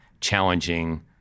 challenging